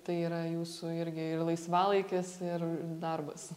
tai yra jūsų irgi ir laisvalaikis ir darbas